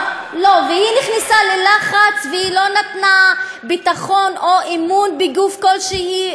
היא נכנסה ללחץ והיא לא נתנה ביטחון או אמון בגוף כלשהו.